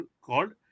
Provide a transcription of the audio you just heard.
called